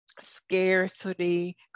scarcity